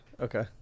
Okay